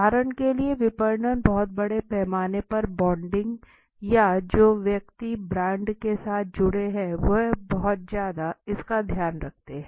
उदाहरण के लिए विपणन बहुत बड़े पैमाने पर ब्रांडिंग या जो व्यक्ति ब्रांड के साथ जुड़े है वो बहुत ज्यादा इसका ध्यान रखते हैं